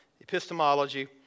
epistemology